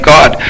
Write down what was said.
God